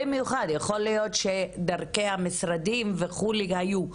במיוחד, יכול להיות שדרכי המשרדים וכו' היו,